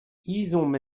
ezhomm